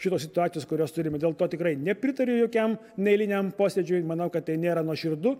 šitos situacijos kurias turime dėl to tikrai nepritariu jokiam neeiliniam posėdžiui manau kad tai nėra nuoširdu